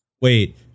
wait